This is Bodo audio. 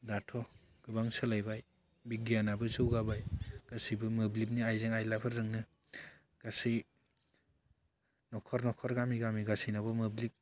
दाथ' गोबां सोलायबाय बिगियानाबो जौगाबाय गासैबो मोब्लिबनि आइजें आइलाफोरजोंनो गासै न'खर न'खर गामि गामि गासैनावबो मोब्लिब